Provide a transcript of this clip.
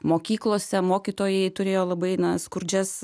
mokyklose mokytojai turėjo labai na skurdžias